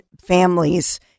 families